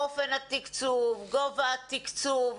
אופן התקצוב, גובה התקצוב.